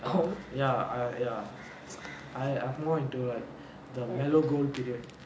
ya uh ya I I'm more into like the mellow gold period